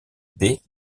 baies